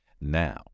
Now